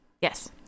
Yes